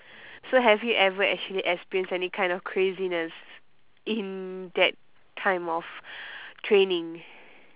so have you ever actually experience any kind of craziness in that time of training